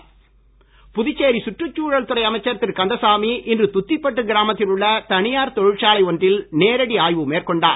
ஆய்வு புதுச்சேரி சுற்றுச்சூழல் துறை அமைச்சர் திரு கந்தசாமி இன்று துத்திப்பட்டு கிராமத்தில் உள்ள தனியார் தொழிற்சாலை ஒன்றில் நேரடி ஆய்வு மேற்கொண்டார்